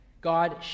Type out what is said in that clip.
God